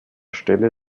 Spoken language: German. stelle